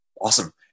Awesome